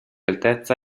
altezza